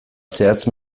zehatz